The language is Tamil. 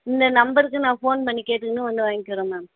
இந்த நம்பருக்கு நான் ஃபோன் பண்ணி கேட்டுக்கின்னு வந்து வாங்கிக்கிறேன் மேம்